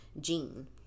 gene